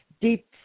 deep